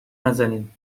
نزنین